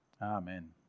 Amen